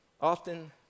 Often